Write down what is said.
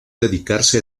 dedicarse